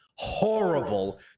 horrible